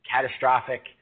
catastrophic